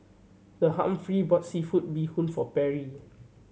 The Humphrey bought seafood bee hoon for Perry